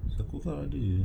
sakura ada